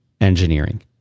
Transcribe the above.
engineering